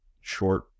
short